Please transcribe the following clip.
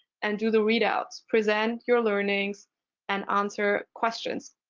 and do the readouts. present your learnings and answer questions.